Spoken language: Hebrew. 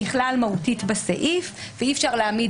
נכלל מהותית בסעיף ואי אפשר להעמיד